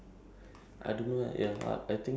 uh what I do is it job scope